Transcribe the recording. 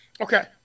Okay